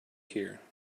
here